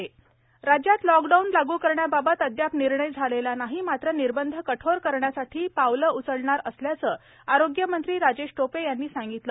राजेश टोपे एअर राज्यात लॉकडाऊन लागू करण्याबाबत अदयाप निर्णय झालेला नाही मात्र निर्बध कठोर करण्यासाठी पावलं उचणार असल्याचं आरोग्यमंत्री राजेश टोपे यांनी सांगितलं